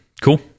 Cool